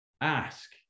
ask